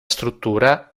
struttura